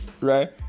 Right